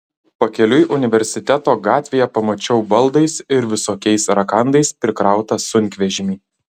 pakeliui universiteto gatvėje pamačiau baldais ir visokiais rakandais prikrautą sunkvežimį